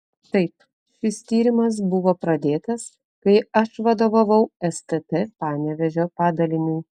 taip šis tyrimas buvo pradėtas kai aš vadovavau stt panevėžio padaliniui